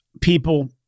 people